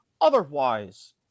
otherwise